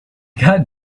got